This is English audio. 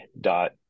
dot